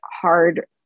hard